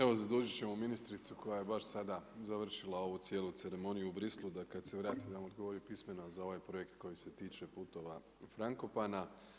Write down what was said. Evo zadužiti ćemo ministricu koja je baš sada završila ovu cijelu ceremoniju u Briselu da kada se vrati da vam odgovori pismeno za ovaj projekt koji se tiče putova Frankopana.